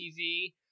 tv